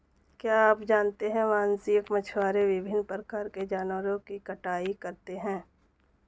क्या आप जानते है वाणिज्यिक मछुआरे विभिन्न प्रकार के जानवरों की कटाई करते हैं?